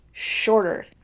shorter